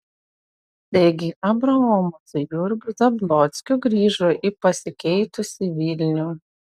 taigi abraomas su jurgiu zablockiu grįžo į pasikeitusį vilnių